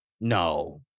no